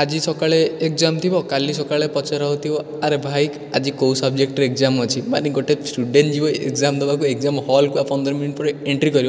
ଆଜି ସକାଳେ ଏଗଜାମ୍ ଥିବ କାଲି ସକାଳେ ପଚରା ହେଉଥିବ ଆରେ ଭାଇ ଆଜି କେଉଁ ସବ୍ଜେକ୍ଟ୍ରେ ଏଗ୍ଜାମ୍ ଅଛି ମାନେ ଗୋଟେ ସ୍ଟୁଡ଼େଣ୍ଟ୍ ଯିବ ଏଗ୍ଜାମ୍ ଦେବାକୁ ଏଗଜାମ୍ ହଲ୍କୁ ଆଉ ପନ୍ଦର ମିନିଟ୍ ପରେ ଏଣ୍ଟ୍ରି କରିବ